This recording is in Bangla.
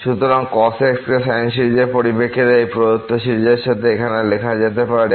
সুতরাং cos x কে সাইন সিরিজের পরিপ্রেক্ষিতে এই প্রদত্ত সিরিজের সাথে এখানে লেখা যেতে পারে